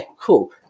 cool